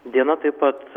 diena taip pat